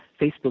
Facebook